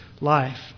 life